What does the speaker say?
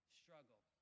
struggle